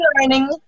learning